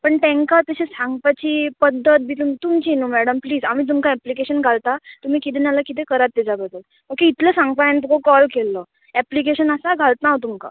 पण तेंकां तशी सांगपाची पद्दत बी तुम तुमची न्हू मॅडम प्लीज आमी तुमकां एप्लिकेशन घालता तुमी किदें नाल्या कितें करात तेज्या बद्दल ओके इतलें सांगपा हांवें तुका कॉल केल्लो एप्लिकेशन आसा घालतां हांव तुमकां